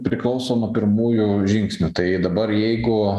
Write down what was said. priklauso nuo pirmųjų žingsnių tai dabar jeigu